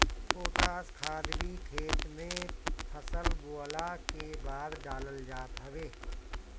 potash खाद भी खेत में फसल बोअला के बाद डालल जात हवे